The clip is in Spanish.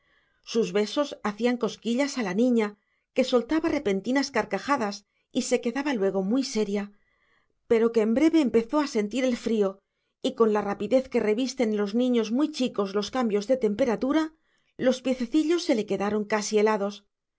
sus besos hacían cosquillas a la niña que soltaba repentinas carcajadas y se quedaba luego muy seria pero que en breve empezó a sentir el frío y con la rapidez que revisten en los niños muy chicos los cambios de temperatura los piececillos se le quedaron casi helados